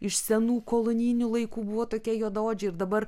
iš senų kolonijinių laikų buvo tokie juodaodžiai ir dabar